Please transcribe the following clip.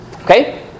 Okay